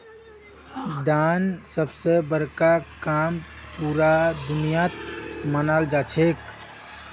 दान सब स बड़का काम पूरा दुनियात मनाल जाछेक